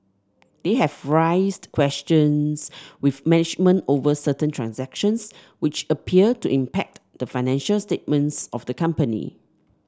they have raised questions with management over certain transactions which appear to impact the financial statements of the company